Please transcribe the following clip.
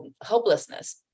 hopelessness